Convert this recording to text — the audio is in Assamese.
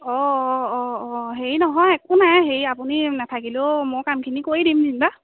অঁ অঁ অঁ অঁ হেৰি নহয় একো নাই হেৰি আপুনি নাথাকিলেও মই কামখিনি কৰি দিম যেনিবা